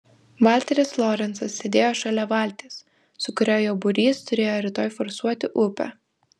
valteris lorencas sėdėjo šalia valties su kuria jo būrys turėjo rytoj forsuoti upę